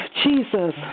Jesus